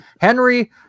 Henry